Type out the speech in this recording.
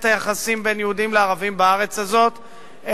היחסים בין יהודים לערבים בארץ הזאת,